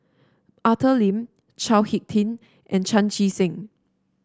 Arthur Lim Chao HicK Tin and Chan Chee Seng